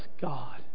God